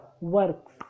works